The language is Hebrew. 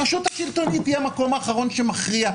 הרשות השלטונית היא המקום האחרון שמכריע.